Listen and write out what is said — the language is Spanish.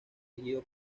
dirigido